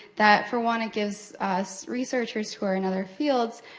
that, for one, it gives us researchers who are in other fields,